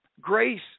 Grace